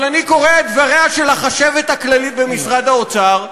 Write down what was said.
אבל אני קורא את דבריה של החשבת הכללית במשרד האוצר,